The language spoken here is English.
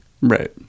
Right